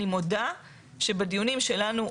אני מודה שבדיונים שלנו,